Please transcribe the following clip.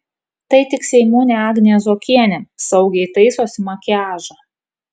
tai tik seimūnė agnė zuokienė saugiai taisosi makiažą